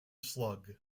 slug